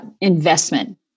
investment